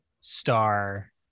star